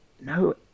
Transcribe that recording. no